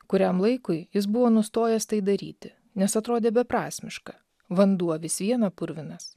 kuriam laikui jis buvo nustojęs tai daryti nes atrodė beprasmiška vanduo vis viena purvinas